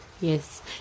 yes